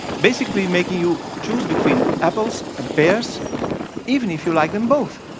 basically making you choose between apples and pears even if you like them both.